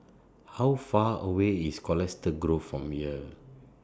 How Far away IS Colchester Grove from here